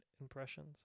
impressions